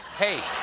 hey.